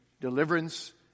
deliverance